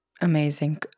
Amazing